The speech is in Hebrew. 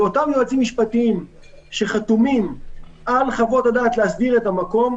אלה אותם יועצים משפטיים שחתומים על חוות הדעת להסדיר את המקום,